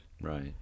Right